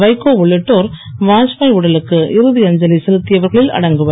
வைகோ உள்ளிட்டோர் வாத்பாய் உடலுக்கு இறுதி அஞ்சலி செலுத்தியவர்களில் அடங்குவர்